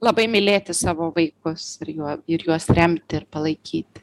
labai mylėti savo vaikus ir juo ir juos remti ir palaikyti